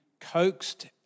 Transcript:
coaxed